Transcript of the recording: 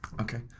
Okay